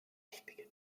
richtige